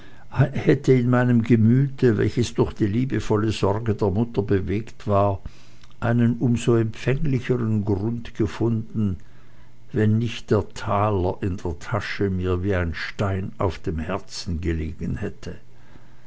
hätte in meinem gemüte welches durch die liebevolle sorge der mutter bewegt war einen um so empfänglichern grund gefunden wenn nicht der taler in der tasche mir wie ein stein auf dem herzen gelegen hätte